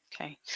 Okay